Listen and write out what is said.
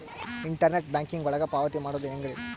Internet banking ಒಳಗ ಪಾವತಿ ಮಾಡೋದು ಹೆಂಗ್ರಿ?